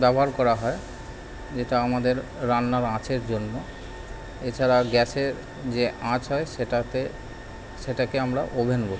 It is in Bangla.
ব্যবহার করা হয় যেটা আমাদের রান্নার আঁচের জন্য এছাড়া গ্যাসের যে আঁচ হয় সেটাতে সেটাকে আমরা ওভেন বলি